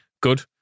Good